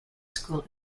school